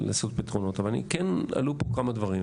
כן עלו פה כמה דברים.